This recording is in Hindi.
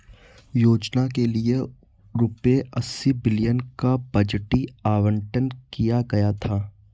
योजना के लिए रूपए अस्सी बिलियन का बजटीय आवंटन किया गया था